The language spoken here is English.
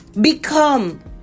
Become